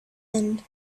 end